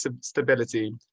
stability